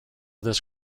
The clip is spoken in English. this